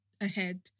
ahead